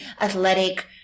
athletic